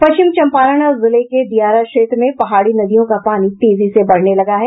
पश्चिम चम्पारण जिले के दियारा क्षेत्र में पहाड़ी नदियों का पानी तेजी से बढ़ने लगा है